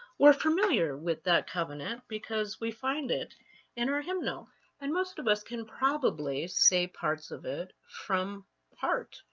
we're familiar with that covenant covenant, because we finds it in our hymnal and most of us can probably say parts of it from heart.